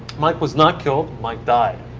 mike was not killed. mike died.